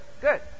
good